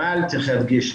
אבל צריך להדגיש,